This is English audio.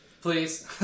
Please